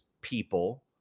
people